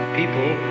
people